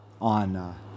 on